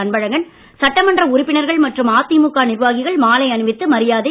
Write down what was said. அன்பழகன் சட்டமன்ற உறுப்பினர்கள் மற்றும் அதிமுக நிர்வாகிகள் மாலை அணிவித்து மரியாதை செலுத்தினர்